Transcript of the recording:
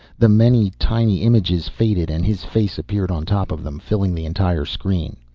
the many, tiny images faded and his face appeared on top of them, filling the entire screen.